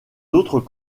autres